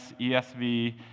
ESV